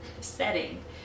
setting